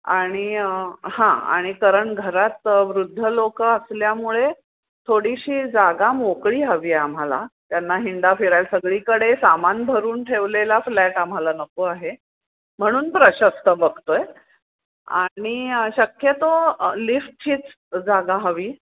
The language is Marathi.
आणि हां आणि कारण घरात वृद्ध लोकं असल्यामुळे थोडीशी जागा मोकळी हवी आम्हाला त्यांना हिंडा फिराय सगळीकडे सामान भरून ठेवलेला फ्लॅट आम्हाला नको आहे म्हणून प्रशस्त बघतो आहे आणि शक्यतो लिफ्टचीच जागा हवी